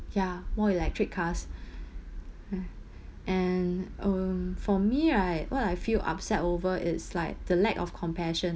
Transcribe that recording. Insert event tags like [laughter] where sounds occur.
ya more electric cars [breath] mm and um for me right what I feel upset over it's like the lack of compassion